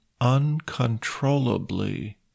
uncontrollably